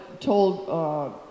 told